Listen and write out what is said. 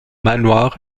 manoir